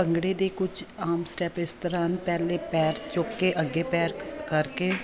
ਭੰਗੜੇ ਦੇ ਕੁਛ ਆਮ ਸਟੈਪ ਇਸ ਦੌਰਾਨ ਪਹਿਲੇ ਪੈਰ ਚੁੱਕ ਕੇ ਅੱਗੇ ਪੈਰ ਕਰਕੇ